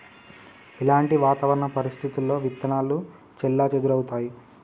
ఎలాంటి వాతావరణ పరిస్థితుల్లో విత్తనాలు చెల్లాచెదరవుతయీ?